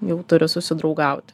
jau turi susidraugauti